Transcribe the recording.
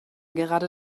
gerade